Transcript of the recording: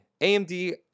AMD